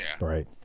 Right